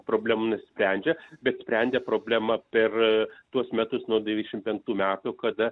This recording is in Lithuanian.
problemų nesprendžia bet sprendė problema per tuos metus nuo devyniasdešim penktų metų kada